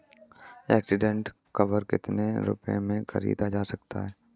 Accident cover कितने रुपए में खरीदा जा सकता है?